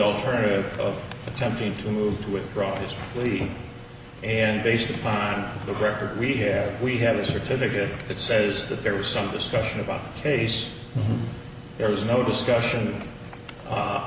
alternative of attempting to move to withdraw his plea and based upon the record we here we have a certificate that says that there was some discussion about the case there was no discussion